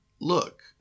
look